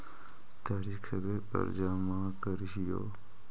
तरिखवे पर जमा करहिओ?